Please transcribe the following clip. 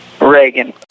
Reagan